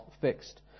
fixed